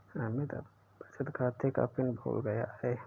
अमित अपने बचत खाते का पिन भूल गया है